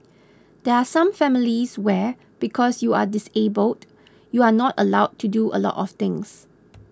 there are some families where because you are disabled you are not allowed to do a lot of things